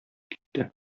китте